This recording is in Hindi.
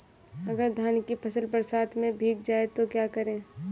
अगर धान की फसल बरसात में भीग जाए तो क्या करें?